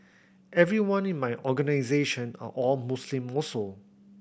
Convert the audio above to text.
everyone in my organisation are all Muslim also